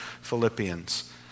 Philippians